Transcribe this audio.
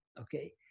okay